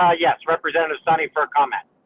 ah yes, representative sonny for comment.